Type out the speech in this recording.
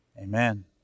Amen